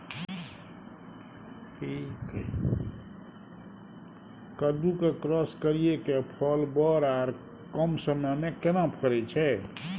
कद्दू के क्रॉस करिये के फल बर आर कम समय में केना फरय छै?